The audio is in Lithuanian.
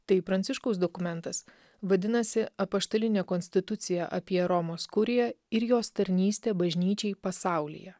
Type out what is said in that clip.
tai pranciškaus dokumentas vadinasi apaštalinė konstitucija apie romos kuriją ir jos tarnystė bažnyčiai pasaulyje